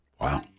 Wow